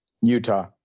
Utah